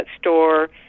store